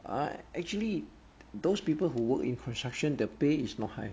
uh actually those people who work in construction the pay is not high